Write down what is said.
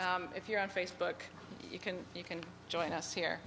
if you're on facebook you can you can join us here